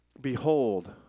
Behold